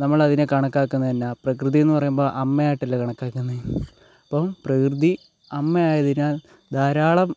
നമ്മൾ അതിനെ കണക്കാക്കുന്നത് തന്നെ പ്രകൃതി എന്ന് പറയുമ്പോൾ അമ്മയായിട്ടല്ലേ കണക്കാക്കുന്നത് അപ്പം പ്രകൃതി അമ്മ ആയതിനാൽ ധാരാളം